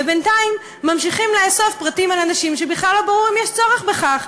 ובינתיים ממשיכים לאסוף פרטים על אנשים כשבכלל לא ברור אם יש צורך בכך.